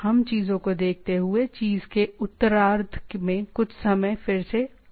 हम चीजों को देखते हुए चीज़ के उत्तरार्ध में कुछ समय फिर से करेंगे